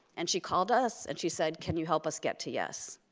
and she called us, and she said can you help us get to yes?